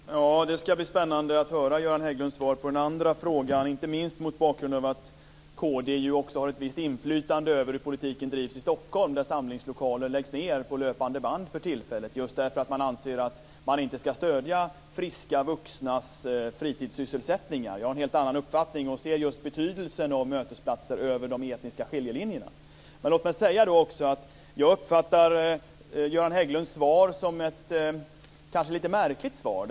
Herr talman! Det ska bli spännande att höra Göran Hägglunds svar på den andra frågan, inte minst mot bakgrund av att kd har ett visst inflytande över hur politiken drivs i Stockholm. Där läggs samlingslokaler ned på löpande band för tillfället, just därför att man anser att man inte ska stödja friska vuxnas fritidssysselsättningar. Jag har en helt annan uppfattning och ser just betydelsen av mötesplatser över de etniska skiljelinjerna. Men låt mig också säga att jag uppfattar Göran Hägglunds svar som ett lite märkligt svar.